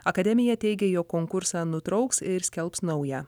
akademija teigė jog konkursą nutrauks ir skelbs naują